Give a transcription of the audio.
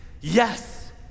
yes